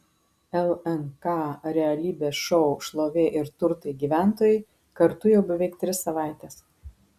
lnk realybės šou šlovė ir turtai gyventojai kartu jau beveik tris savaites